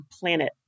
planet